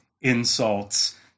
insults